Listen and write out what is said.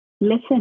Listen